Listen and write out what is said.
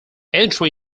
entry